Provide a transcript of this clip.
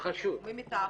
החשוד,